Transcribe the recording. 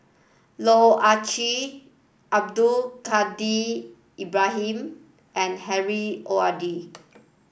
Loh Ah Chee Abdul Kadir Ibrahim and Harry O R D